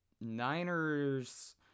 Niners